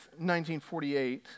1948